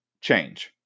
change